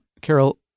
Carol